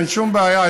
אין שום בעיה.